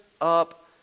up